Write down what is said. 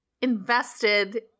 invested